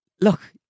Look